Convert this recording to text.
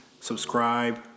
subscribe